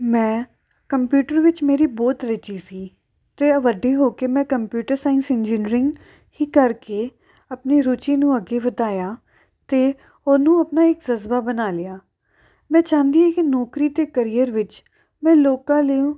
ਮੈਂ ਕੰਪਿਊਟਰ ਵਿੱਚ ਮੇਰੀ ਬਹੁਤ ਰੁਚੀ ਸੀ ਅਤੇ ਇਹ ਵੱਡੀ ਹੋ ਕੇ ਮੈਂ ਕੰਪਿਊਟਰ ਸਾਇੰਸ ਇੰਜੀਨੀਅਰਿੰਗ ਹੀ ਕਰਕੇ ਆਪਣੀ ਰੁਚੀ ਨੂੰ ਅੱਗੇ ਵਧਾਇਆ ਅਤੇ ਉਹਨੂੰ ਆਪਣਾ ਇੱਕ ਜਜ਼ਬਾ ਬਣਾ ਲਿਆ ਮੈਂ ਚਾਹੁੰਦੀ ਹਾਂ ਕਿ ਨੌਕਰੀ ਅਤੇ ਕੈਰੀਅਰ ਵਿੱਚ ਮੈਂ ਲੋਕਾਂ ਨੂੰ